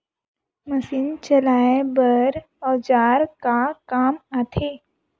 Machine चलाए बर औजार का काम आथे?